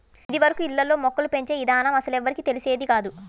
ఇదివరకు ఇళ్ళల్లో మొక్కలు పెంచే ఇదానం అస్సలెవ్వరికీ తెలిసేది కాదు